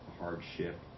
hardship